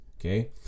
okay